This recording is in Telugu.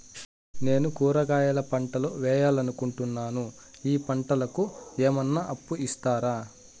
నేను కూరగాయల పంటలు వేయాలనుకుంటున్నాను, ఈ పంటలకు ఏమన్నా అప్పు ఇస్తారా?